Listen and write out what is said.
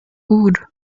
gut